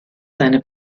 seine